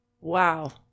Wow